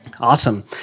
Awesome